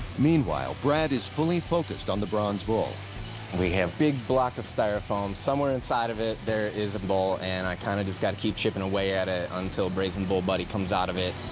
meanwhile, brad is fully focused on the bronze bull. brad we have big block of styrofoam. somewhere inside of it, there is a bull. and i, kind of, just gotta keep chipping away at it until brazen bull buddy comes out of it.